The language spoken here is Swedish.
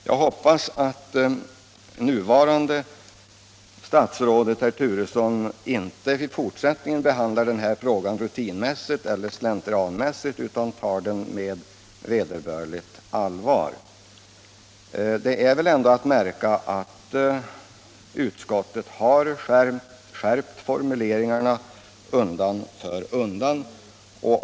Jag hoppas att herr Turesson i fortsättningen inte behandlar den här frågan slentrianmässigt utan tar den med vederbörligt allvar. Det är ändå att märka att utskottet undan för undan har skärpt formuleringarna.